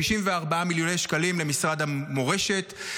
64 מיליוני שקלים למשרד המורשת,